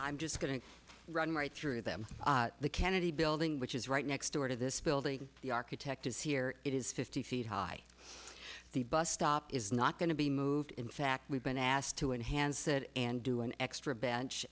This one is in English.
i'm just going to run right through them the kennedy building which is right next door to this building the architect is here it is fifty feet high the bus stop is not going to be moved in fact we've been asked to enhance it and do an extra bench